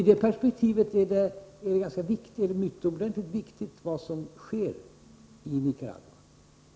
I det perspektivet är det utomordentligt viktigt vad som sker i Nicaragua.